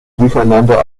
durcheinander